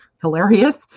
Hilarious